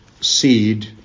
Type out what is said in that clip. seed